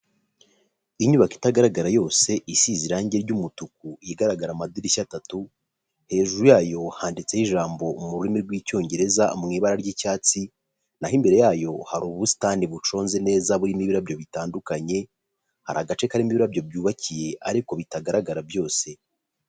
Inyubako itagaragara yose isize irangi ry'umutuku igaragara amadirishya atatu, hejuru yayo handitseho ijambo mu rurimi rw'icyongereza mu ibara ry'icyatsi, naho imbere yayo hari ubusitani buconze neza burimo ibirabyo bitandukanye, hari agace karimo imirabyo byubakiye ariko bitagaragara byose.